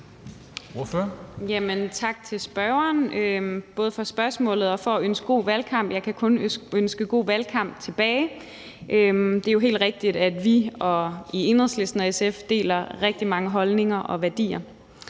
tak til spørgeren, både for spørgsmålet og for at ønske god valgkamp. Jeg kan kun ønske god valgkamp tilbage. Det er jo helt rigtigt, at vi i Enhedslisten og SF deler rigtig mange holdninger og værdier,